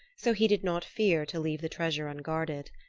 so he did not fear to leave the treasure unguarded.